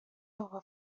اقا